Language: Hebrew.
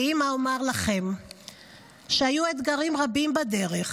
כאימא אומר לכם שהיו אתגרים רבים בדרך.